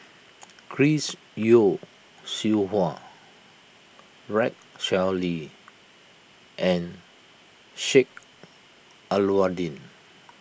Chris Yeo Siew Hua Rex Shelley and Sheik Alau'ddin